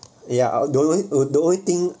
ya the the only thing